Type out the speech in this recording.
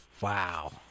Wow